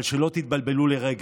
אבל שלא תתבלבלו לרגע,